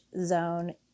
zone